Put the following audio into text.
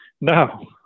no